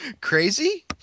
Crazy